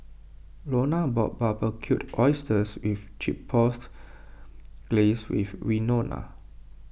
Launa bought Barbecued Oysters with Chipotle Glaze for Winona